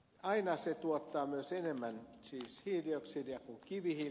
aina se tuottaa myös enemmän hiilidioksidia kuin kivihiili